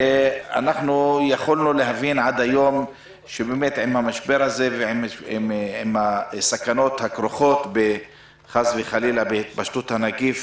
עם המשבר הזה ועם הסכנות הכרוכות חס וחלילה בהתפשטות הנגיף